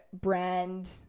brand